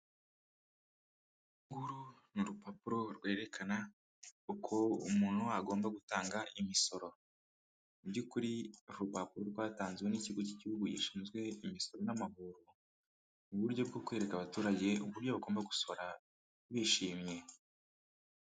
Uru ni urupapuro rwerekana uko umuntu agomba gutanga imisoro mubyukuri urupapuro rwatanzwe n'ikigo cy igihugu gishinzwe imisoro n'amahoro mu buryo bwo kwereka abaturage uburyo bagomba gusora bishimye.